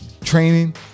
training